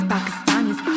Pakistanis